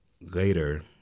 later